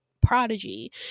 prodigy